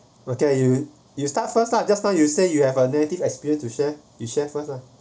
okay you you start first lah just now you say you have a negative experience to share you share first lah